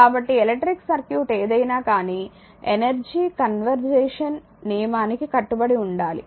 కాబట్టి electric circuit ఏదైనా కానీ ఎనర్జీ కన్జర్వేషన్ నియమానికి కట్టుబడి ఉండాలి